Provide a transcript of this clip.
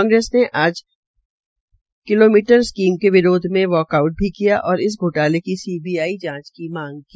कांग्रेस ने आज kilometre scheme के विरोध में वाक आऊट भी किया और इस घोटाले की सीबीआई जांच की मांग की